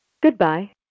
Goodbye